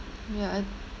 ya I